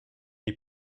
est